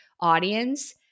audience